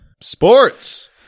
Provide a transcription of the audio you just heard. Sports